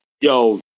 yo